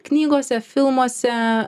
knygose filmuose